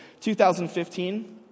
2015